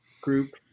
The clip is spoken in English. group